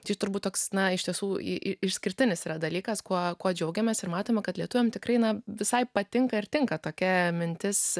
čia turbūt toks na iš tiesų išskirtinis yra dalykas kuo kuo džiaugiamės ir matome kad lietuviam tikrai ne visai patinka ir tinka tokia mintis